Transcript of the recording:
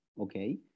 okay